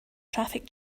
traffic